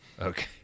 Okay